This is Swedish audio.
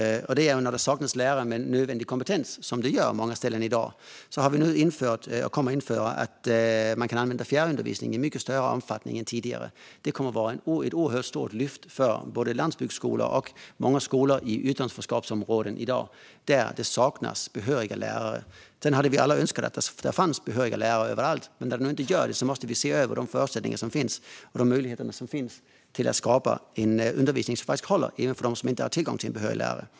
Det gäller när det saknas lärare med nödvändig kompetens, som det gör på många ställen i dag. Vi kommer att införa möjligheten att använda fjärrundervisning i mycket större omfattning än tidigare. Det kommer att bli ett oerhört stort lyft för både landsbygdsskolor och många skolor i utanförskapsområden i dag där det saknas behöriga lärare. Vi önskar alla att det skulle finnas behöriga lärare överallt, men när det nu inte gör det måste vi se över de förutsättningar och möjligheter som finns att skapa en undervisning som håller även för dem som inte har tillgång till en behörig lärare.